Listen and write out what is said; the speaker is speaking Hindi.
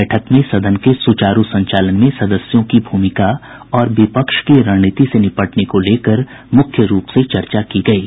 बैठक में सदन के सुचारू संचालन में सदस्यों की भूमिका और विपक्ष की रणनीति से निपटने को लेकर मुख्य रूप से चर्चा की गयी